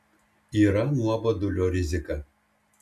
yra nuobodulio rizika